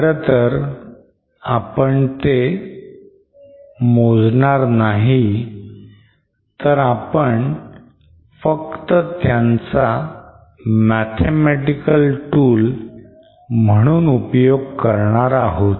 खरतर आपण ते मोजणार नाही आहोत तर आपण फक्त त्यांचा mathematical tool म्हणून उपयोग करणार आहोत